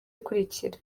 ikurikira